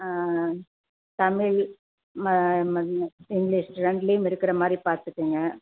தமிழ் ம மன்னு இங்கிலிஷ் ரெண்ட்லையும் இருக்கிற மாதிரி பார்த்துக்குங்க